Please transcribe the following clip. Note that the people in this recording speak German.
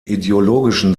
ideologischen